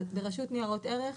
רשות ניירות ערך.